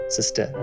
Sister